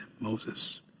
Moses